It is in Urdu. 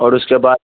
اور اس کے بعد